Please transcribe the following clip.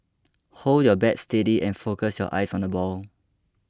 hold your bat steady and focus your eyes on the ball